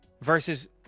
versus